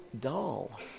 dull